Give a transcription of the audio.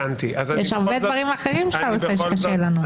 יש הרבה דברים אחרים שאתה עושה שקשים לנו.